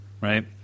Right